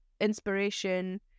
inspiration